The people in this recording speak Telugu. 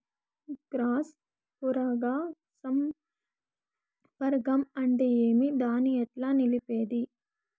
క్రాస్ పరాగ సంపర్కం అంటే ఏమి? దాన్ని ఎట్లా నిలిపేది?